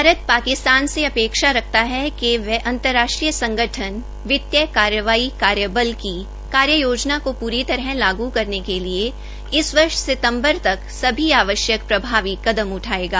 भारत पाकिस्तान से अपेक्षा रखता है कि वह अंतरराष्ट्रीय संगठन वित्तीय कार्रवाई कार्यबल एफएटीएफ की कार्ययोजना को पूरी तरह लागू करने के लिए इस वर्ष सितंबर तक सभी आवश्यक प्रभावी कदम उठायेगा